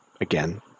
again